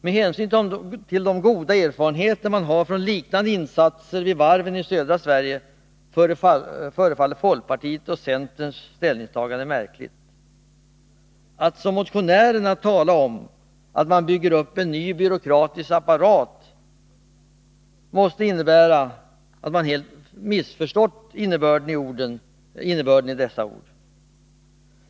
Med hänsyn till de goda erfarenheter man har från liknande insatser vid varven i södra Sverige förefaller folkpartiets och centerns ställningstaganden märkliga. Att som motionärerna tala om att man bygger upp en ny byråkratisk apparat måste innebära att man helt missförstått innebörden i dessa ord.